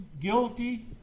guilty